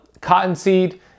cottonseed